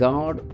God